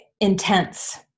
intense